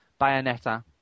Bayonetta